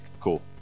Cool